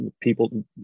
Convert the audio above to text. people